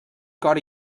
cor